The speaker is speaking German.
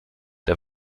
der